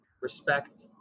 respect